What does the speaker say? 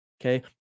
okay